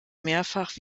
mehrfach